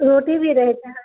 रोटी भी रहै छै